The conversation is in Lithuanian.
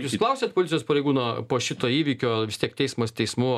jūs klausėt policijos pareigūno po šito įvykio vis tiek teismas teismu